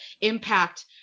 impact